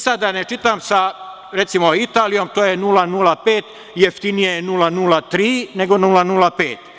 Sad, da ne čitam sa, recimo, Italijom, to je 0,05, jeftinije 0,03 nego 0,05.